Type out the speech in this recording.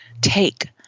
take